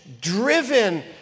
driven